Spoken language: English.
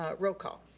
ah roll call.